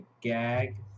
gag